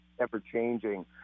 ever-changing